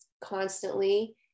constantly